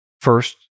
first